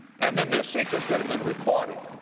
and then there're secrets that have been recorded.